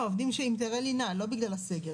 עובדים עם היתרי לינה, לא בגלל הסגר.